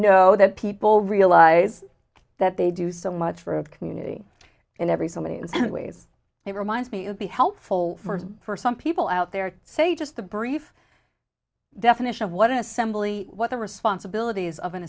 know that people realize that they do so much for the community in every so many ways it reminds me of be helpful for some people out there to say just a brief definition of what an assembly what the responsibilities of an